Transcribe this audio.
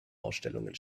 ausstellungen